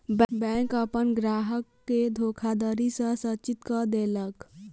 bank अपन ग्राहक के धोखाधड़ी सॅ सचेत कअ देलक